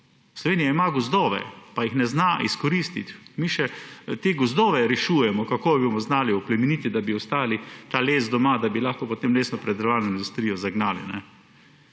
Slovenija ima gozdove, pa jih ne zna izkoristiti. Mi še te gozdove rešujemo, kako jih bomo znali oplemenitit, da bi ostal ta les doma, da bi lahko potem lesnopredelovalno industrijo zagnali,